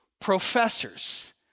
Professors